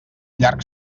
llarg